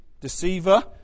deceiver